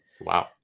Wow